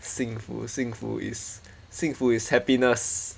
幸福幸福 is 幸福 is happiness